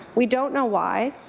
we don't know why,